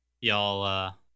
y'all